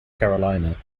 carolina